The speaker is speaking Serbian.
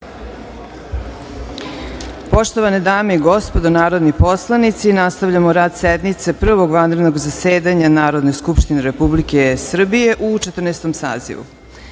Poštovane dame i gospodo narodni poslanici, nastavljamo rad sednice Prvog vanrednog zasedanja Narodne skupštine Republike Srbije u Četrnaestom